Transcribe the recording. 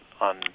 on